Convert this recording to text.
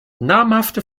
namhafte